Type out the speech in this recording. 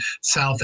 South